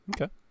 Okay